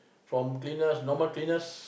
from cleaners normal cleaners